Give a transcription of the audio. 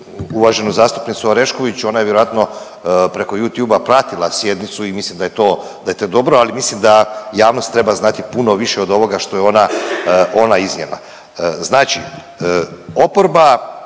uvaženu zastupnicu Orešković, ona je vjerojatno preko Youtubea pratila sjednicu i mislim da je to, da je to dobro, ali mislim da javnost treba znati puno više od ovoga što je ona, ona iznijela. Znači oporba